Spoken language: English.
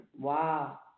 Wow